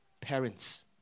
parents